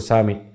Sami